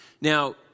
Now